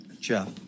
Jeff